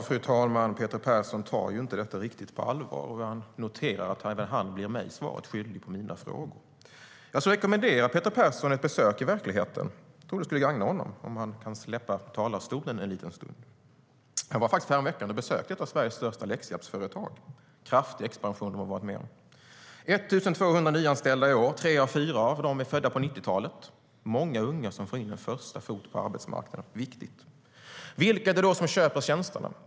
Fru talman! Peter Persson tar inte detta riktigt på allvar. Jag noterar även att han blir mig svaret skyldig på mina frågor. Jag skulle rekommendera Peter Persson ett besök i verkligheten; jag tror att det skulle gagna honom om han kunde släppa talarstolen en liten stund. Häromveckan var jag faktiskt och besökte ett av Sveriges största läxhjälpsföretag. Det är en kraftig expansion de har varit med om - 1 200 nyanställda i år, och av dem är tre av fyra födda på 1990-talet. Det är många unga som får in en första fort på arbetsmarknaden, vilket är viktigt. Vilka är det då som köper tjänsterna?